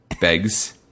begs